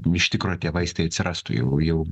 iš tikro tie vaistai atsirastų jau jau